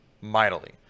mightily